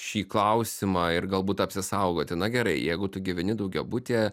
šį klausimą ir galbūt apsisaugoti na gerai jeigu tu gyveni daugiabutyje